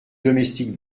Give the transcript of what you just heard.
domestique